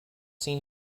seen